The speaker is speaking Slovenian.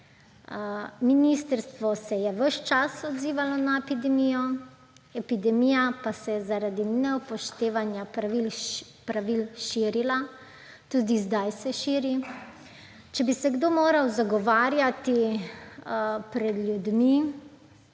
Ministrstvo se je ves čas odzivalo na epidemijo, epidemija pa se je zaradi neupoštevanja pravil širila, tudi zdaj se širi. Če bi se kdo moral zagovarjati pred ljudmi,